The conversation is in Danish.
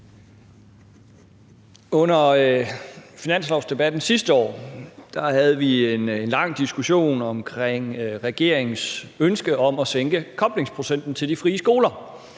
Under finanslovsdebatten sidste år havde vi en lang diskussion om regeringens ønske om at sænke koblingsprocenten til de frie skoler.